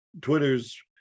Twitter's